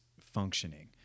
functioning